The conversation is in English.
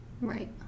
Right